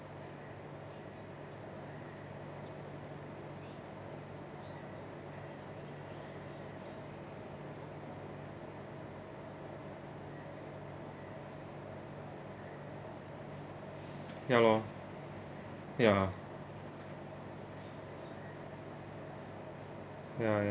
ya loh ya ya ya